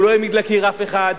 הוא לא העמיד לקיר אף אחד,